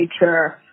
nature